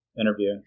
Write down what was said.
interview